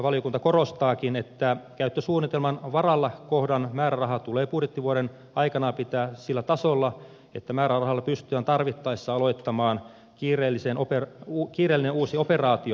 valiokunta korostaakin että käyttösuunnitelman varalla kohdan määräraha tulee budjettivuoden aikana pitää sillä tasolla että määrärahalla pystytään tarvittaessa aloittamaan kiireellinen uusi operaatio